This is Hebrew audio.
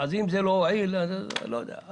אז אם זה לא הועיל אני לא יודע.